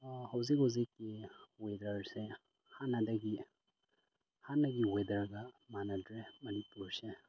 ꯍꯧꯖꯤꯛ ꯍꯧꯖꯤꯛꯀꯤ ꯋꯦꯗꯔꯁꯦ ꯍꯥꯟꯅꯗꯒꯤ ꯍꯥꯟꯅꯒꯤ ꯋꯦꯗꯔꯒ ꯃꯥꯅꯗ꯭ꯔꯦ ꯃꯅꯤꯄꯨꯔꯁꯦ